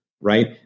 right